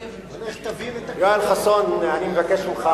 יואל חסון, אני מבקש ממך,